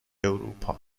اروپا